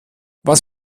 was